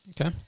Okay